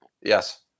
Yes